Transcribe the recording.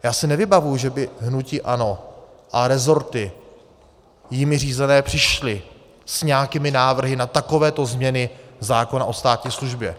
Já si nevybavuji, že by hnutí ANO a rezorty jimi řízené přišly s nějakými návrhy na takovéto změny zákona o státní službě.